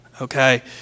okay